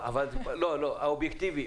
אובייקטיבית,